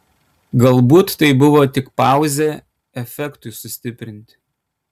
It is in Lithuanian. galbūt tai buvo tik pauzė efektui sustiprinti